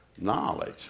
knowledge